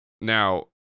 Now